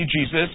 Jesus